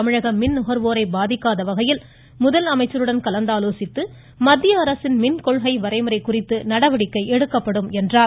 தமிழக மின் நுகர்வோரை பாதிக்காத வகையில் முதலமைச்சருடன் கலந்தாலோசித்து மத்திய அரசின் மின்கொள்கை வரைமுறை குறித்து நடவடிக்கை எடுக்கப்படும் என்றார்